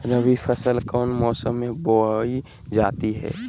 रबी फसल कौन मौसम में बोई जाती है?